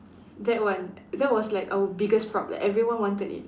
that one that was like our biggest prop everyone wanted it